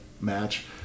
match